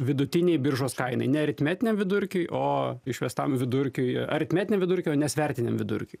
vidutinei biržos kainai ne aritmetiniam vidurkiui o išvestam vidurkiui aritmetinio vidurkio ne svertiniam vidurkiui